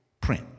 print